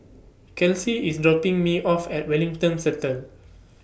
Kelsie IS dropping Me off At Wellington Centre